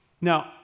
Now